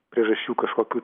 priežasčių kažkokių